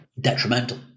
detrimental